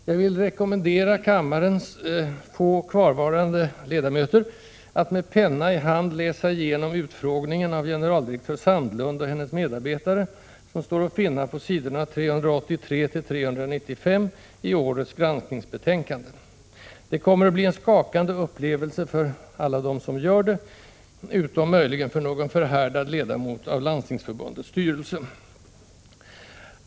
Jag vill rekommendera kammarens få kvarvarande ledamöter att med penna i hand läsa igenom utfrågningen av generaldirektör Sandlund och hennes medarbetare, som står att finna på s. 383-395 i årets granskningsbetänkande. Det kommer att bli en skakande upplevelse för alla dem som gör det, utom möjligen för någon förhärdad ledamot i Landstingsförbundets styrelse.